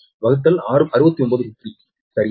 9 √𝟑 69√𝟑 சரியா